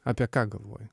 apie ką galvoji